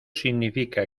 significa